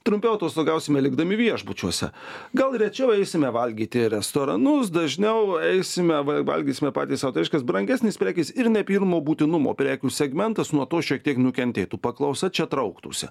trumpiau atostogausime likdami viešbučiuose gal rečiau eisime valgyti į restoranus dažniau eisime val valgysime patys reiškias brangesnės prekės ir ne pirmo būtinumo prekių segmentas nuo to šiek tiek nukentėtų paklausa čia trauktųsi